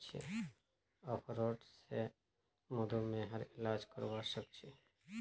अखरोट स मधुमेहर इलाज करवा सख छी